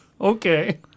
Okay